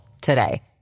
today